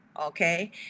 Okay